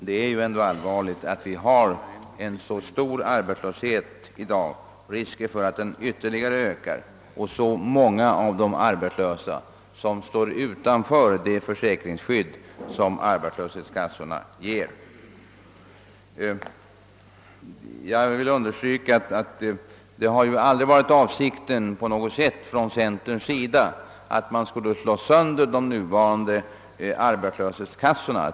Det är ändå allvarligt att arbetslösheten är så stor, att det finns risk för att den ytterligare ökar och att så många av de arbetslösa står utanför det försäkringsskydd som arbetslöshetskassorna ger. Jag vill understryka att det aldrig på något sätt har varit centerns avsikt att man skulle slå sönder de nuvarande arbetslöshetskassorna.